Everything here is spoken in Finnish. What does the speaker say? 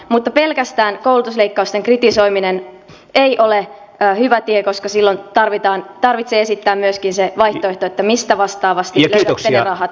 mutta pelkästään koulutusleikkausten kritisoiminen ei ole hyvä tie silloin tarvitsee esittää myöskin se vaihtoehto mistä vastaavasti löydätte ne rahat velkaantumisen pysäyttämiseksi